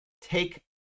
take